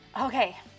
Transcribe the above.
Okay